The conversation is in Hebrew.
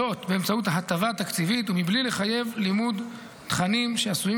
זאת באמצעות הטבה תקציבית ומבלי לחייב לימוד תכנים שעשויים